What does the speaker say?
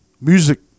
Music